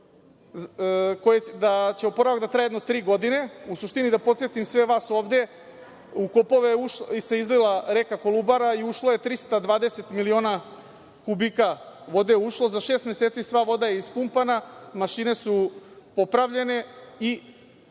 od poplava, da će trajati jedno tri godine, u suštini da podsetim sve vas ovde, u kopove se izlila reka Kolubara i ušlo je 320 miliona kubika vode, za šest meseci sva voda je ispumpana. Mašine su popravljene i